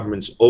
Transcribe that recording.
GOVERNMENT'S